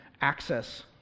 access